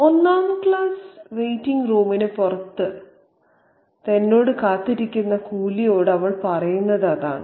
ഒന്നാം class waiting റൂമിന് പുറത്ത് തന്നോട് സംസാരിക്കുന്ന കൂലിയോട് അവൾ പറയുന്നത് അതാണ്